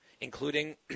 including